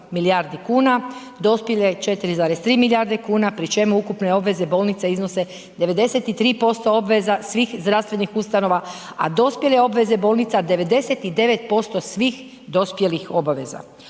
milijardi kuna, dospjele 4,3 milijarde kuna pri čemu ukupne obveze bolnica iznose 93% obveza svih zdravstvenih ustanova, a dospjele obveze bolnica Rokovi lijekova